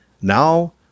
Now